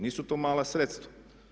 Nisu to mala sredstva.